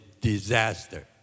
disaster